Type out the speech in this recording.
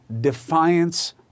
defiance